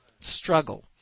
Struggle